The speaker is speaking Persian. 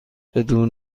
بدون